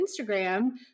Instagram